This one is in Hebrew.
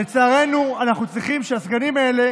לצערנו אנחנו צריכים שהסגנים האלה